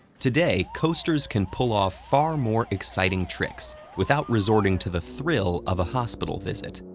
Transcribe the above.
today, coasters can pull off far more exciting tricks, without resorting to the thrill of a hospital visit.